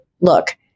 look